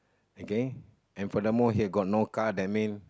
okay and furthermore here got no car that mean